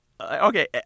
okay